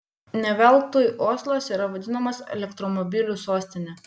ne veltui oslas yra vadinamas elektromobilių sostine